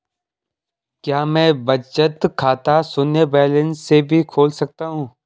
क्या मैं बचत खाता शून्य बैलेंस से भी खोल सकता हूँ?